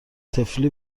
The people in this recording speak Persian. طفلی